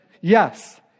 yes